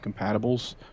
compatibles